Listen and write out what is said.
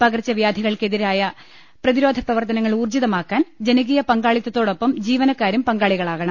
പകർച്ചവ്യാധികൂൾക്കെതിരായ പ്രതിരോധ പ്രവർത്തനങ്ങൾ ഉൌർജ്ജിതമാക്കാൻ ജനകീയ പങ്കാളിത്തതോടൊപ്പം ജീവനക്കാരും പങ്കാളികളാകണം